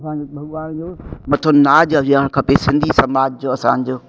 असांजो भॻवान मथां नाज़ु हुजणु खपे सिंधी समाज जो असांजो